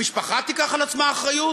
המשפחה תיקח על עצמה אחריות?